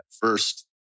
first